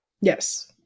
Yes